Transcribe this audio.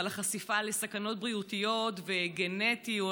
על החשיפה לסכנות בריאותיות וגנטיות.